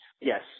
Yes